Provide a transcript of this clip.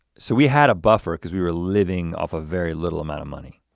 so we had a buffer cause we were living off a very little amount of money.